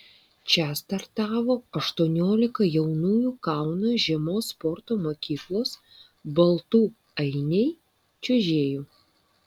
čia startavo aštuoniolika jaunųjų kauno žiemos sporto mokyklos baltų ainiai čiuožėjų